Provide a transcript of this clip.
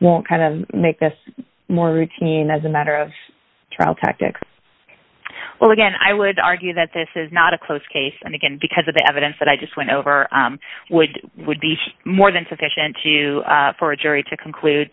won't kind of make this more routine as a matter of trial tactics well again i would argue that this is not a close case and again because of the evidence that i just went over would would be more than sufficient to for a jury to conclude